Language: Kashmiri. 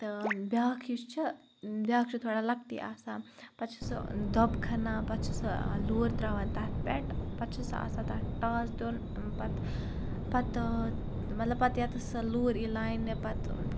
تہٕ بیاکھ یُس چھُ بیاکھ چھُ تھوڑا لۄکٹُے آسان پَتہٕ چھُ سُہ دۄب کھَنان پَتہٕ چھُ سُہ لوٗر تراوان تَتھ پیٹھ پَتہٕ چھِ سُہ آسان تَتھ ٹاس دیُن پَتہٕ پتہٕ مَطلَب پَتہٕ ییٚتَس سۄ لوٗر یِیہِ لاینہ پَتہٕ